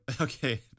Okay